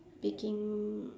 baking